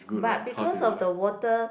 but because of the water